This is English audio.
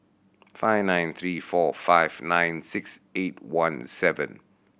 five nine three four five nine six eight one seven